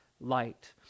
light